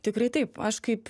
tikrai taip aš kaip